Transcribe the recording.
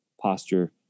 posture